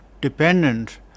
dependent